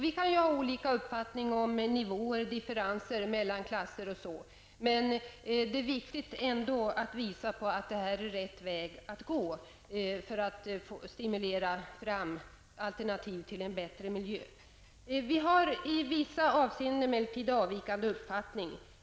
Vi kan ju ha olika uppfattning om nivåer, differenser mellan klasser osv., men det är viktigt att visa att detta ändå är rätt väg att gå för att stimulera fram alternativ till en bättre miljö. I vissa avseenden har vi emellertid en avvikande uppfattning.